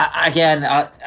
Again